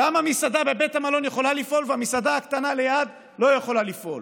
למה מסעדה בבית המלון יכולה לפעול והמסעדה הקטנה ליד לא יכולה לפעול